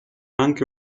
anche